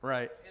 Right